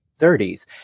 30s